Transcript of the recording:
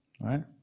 right